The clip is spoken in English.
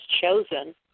chosen